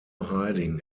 hiding